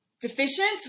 deficient